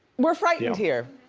we're frightened here.